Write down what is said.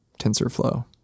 TensorFlow